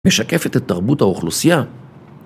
משקפת את תרבות האוכלוסייה?